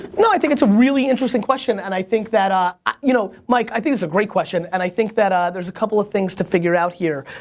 you know i think it's a really interesting question and i think that ah you know mike, i think it's a great question and i think that ah there's a couple of things to figure out here.